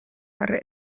para